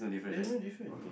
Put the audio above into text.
there's no difference